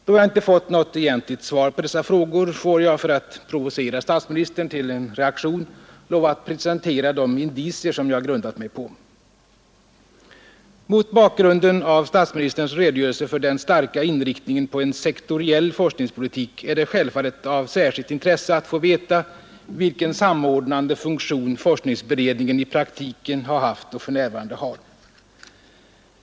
Då jag inte fått något svar på dessa frågor får jag — för att provocera statsministern till en reaktion — lov att nu presentera de indicier som jag grundat mig på. Mot bakgrunden av statsministerns redogörelse för den starka inriktningen på en sektoriell forskningspolitik är det självfallet av särskilt intresse att få veta vilken samordnande funktion forskningsberedningen i praktiken har haft och för närvarande har.